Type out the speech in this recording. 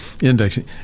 indexing